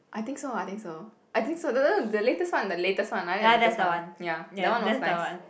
I think so I think so I think so the the the latest one the latest one I like the latest one ya that one was nice